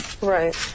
Right